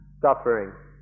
suffering